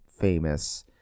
famous